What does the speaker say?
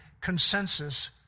consensus